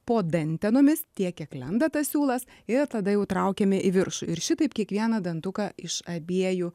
po dantenomis tiek kiek lenda tas siūlas ir tada jau traukiame į viršų ir šitaip kiekvieną dantuką iš abiejų